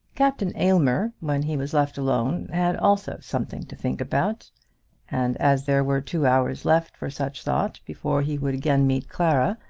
captain aylmer when he was left alone had also something to think about and as there were two hours left for such thought before he would again meet clara,